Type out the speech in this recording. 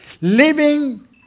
Living